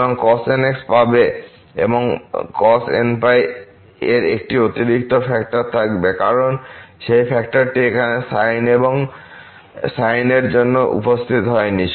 সুতরাং cos nx পাবে এবং cos nπ এর একটি অতিরিক্ত ফ্যাক্টর থাকবে কারণ সেই ফ্যাক্টরটি এখানে সাইন এর জন্য উপস্থিত হয়নি